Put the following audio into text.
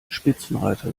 spitzenreiter